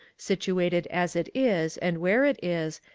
situated as it is and where it is,